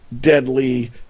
deadly